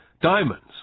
diamonds